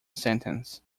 sentence